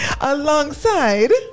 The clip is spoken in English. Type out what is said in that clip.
Alongside